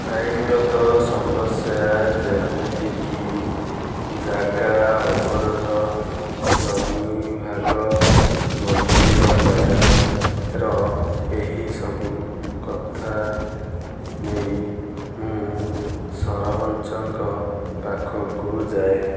ଆଇନଗତ ସମସ୍ୟା ଯେମିତିକି ଯାଗା ଅବରୋଧ ଜମି ଭାଗ ମନ୍ଦିର ଯାଗାର ଏହିସବୁ କଥା ନେଇ ମୁଁ ସରପଞ୍ଚଙ୍କ ପାଖକୁ ଯାଏ